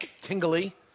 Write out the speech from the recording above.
Tingly